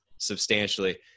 substantially